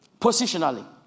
Positionally